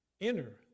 enter